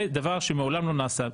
זה דבר שמעולם לא נעשה.